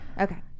Okay